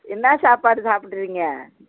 என்ன சாப்பாடு சாப்பிட்டீங்க